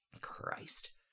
Christ